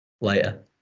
later